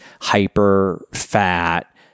hyper-fat